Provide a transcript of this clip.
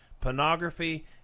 pornography